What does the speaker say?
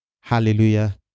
Hallelujah